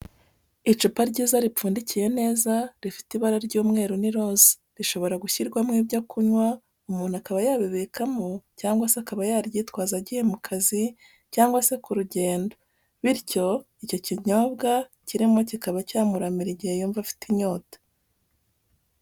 Icupa ryiza ripfundikiye neza, rifite ibara ry'umweru n'iroza rishobora gushyirwamo ibyo kunywa, umuntu akaba yabibikamo cyangwa se akaba yaryitwaza agiye mu kazi cyangwa se ku rugendo, bityo icyo kinyobwa kirimo kikaba cyamuramira igihe yumva afite inyota.